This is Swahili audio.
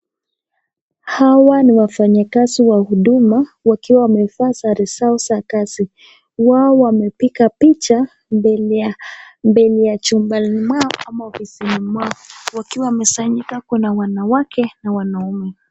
Hawa ni wafanyakazi wa huduma wakiwa wamevaa sare zao za kazi wao wamepiga picha mbele ya chumbani mwao ama ofisini mwao wakiwa wamesanyika kuna wanawake na wanaume.